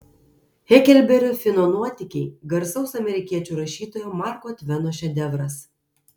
heklberio fino nuotykiai garsaus amerikiečių rašytojo marko tveno šedevras